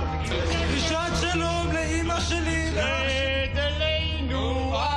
לזמנים רגישים ברמה האישית, ברמה הקהילתית וברמה